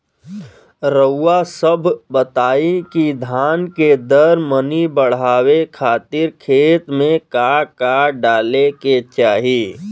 रउआ सभ बताई कि धान के दर मनी बड़ावे खातिर खेत में का का डाले के चाही?